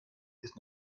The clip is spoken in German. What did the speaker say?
ist